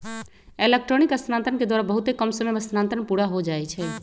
electronic स्थानान्तरण के द्वारा बहुते कम समय में स्थानान्तरण पुरा हो जाइ छइ